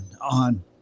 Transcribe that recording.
on